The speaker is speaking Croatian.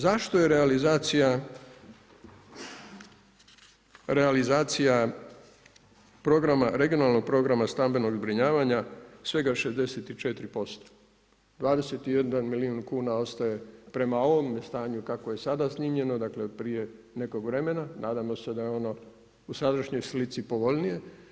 Zašto je realizacija programa, regionalnog programa stambenog zbrinjavanja svega 64%, 21 milijun kuna ostaje prema ovome stanju kakvo je sada snimljeno, dakle prije nekog vremena, nadamo se da je ono u sadašnjoj slici povoljnije.